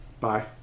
bye